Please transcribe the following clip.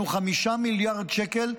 יש לנו 5 מיליארד שקל,